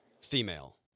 female